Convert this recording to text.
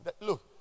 Look